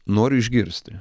noriu išgirsti